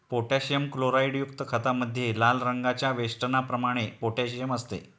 potassium क्लोराईडयुक्त खतामध्ये लाल रंगाच्या वेष्टनाप्रमाणे पोटॅशियम असते